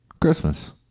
christmas